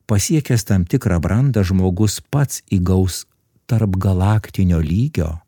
pasiekęs tam tikrą brandą žmogus pats įgaus tarpgalaktinio lygio